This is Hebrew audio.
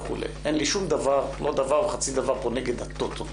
אין לי שום דבר, לא דבר, וחצי דבר פה נגד הטוטו.